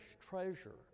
treasure